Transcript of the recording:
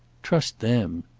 trust them.